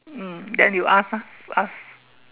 um then you ask ah you ask